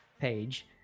Page